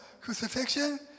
crucifixion